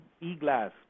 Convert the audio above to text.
e-glass